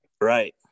Right